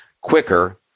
quicker